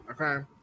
Okay